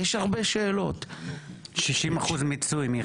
60% מיצוי.